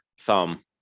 thumb